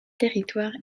territoires